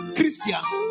Christians